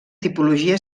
tipologia